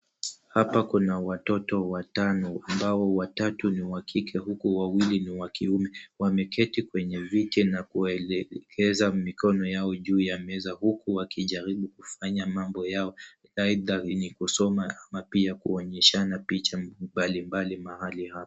Hapa kuna watoto watano ambao watatu ni wa kike huku wawili ni wa kiume. Wameketi kwenye viti na kuelekeza mikono yao juu ya meza huku wakijaribu kufanya mambo yao, aidha ni kusoma ama pia kuonyeshana picha mbalimbali mahali hapa.